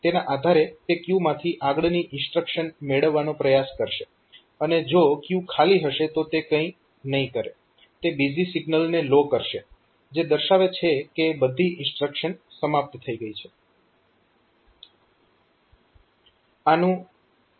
તેના આધારે તે ક્યુ માંથી આગળની ઇન્સ્ટ્રક્શન મેળવવાનો પ્રયાસ કરશે અને જો ક્યુ ખાલી હશે તો તે કંઈ નહીં કરે તે બીઝી સિગ્નલને લો કરશે જે દર્શાવે છે કે બધી ઇન્સ્ટ્રક્શન સમાપ્ત થઈ ગઈ છે